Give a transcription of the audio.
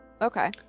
Okay